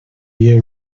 year